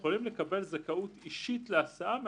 הם יכולים לקבל זכאות אישית להסעה מהמנהל.